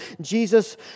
Jesus